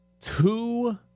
two